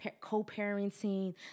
co-parenting